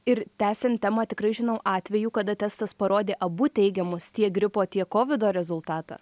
ir tęsiant temą tikrai žinau atvejų kada testas parodė abu teigiamus tiek gripo tiek kovido rezultatą